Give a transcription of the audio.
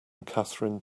catherine